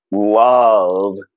love